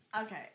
Okay